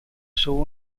suo